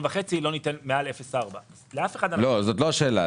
שקל לא ניתן מעל 0.4. זאת לא השאלה.